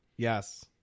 Yes